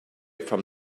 from